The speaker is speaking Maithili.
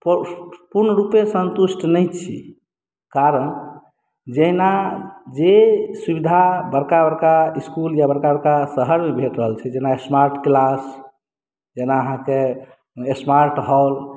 पू पूर्णरूपेण सन्तुष्ट नहि छी कारण जहिना जे सुविधा बड़का बड़का इस्कुल या बड़का बड़का शहरमे भेट रहल छै जेना स्मार्ट क्लास जेना अहाँके स्मार्ट हॉल